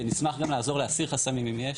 ונשמח גם לעזור להסיר חסמים אם יש,